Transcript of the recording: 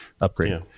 upgrade